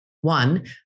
One